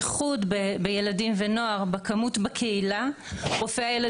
אנחנו יושבים חודשים שלמים בבית ולא